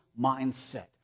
mindset